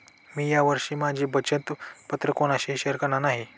मी या वर्षी माझी बचत पत्र कोणाशीही शेअर करणार नाही